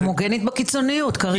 הומוגנית בקיצוניות, קארין.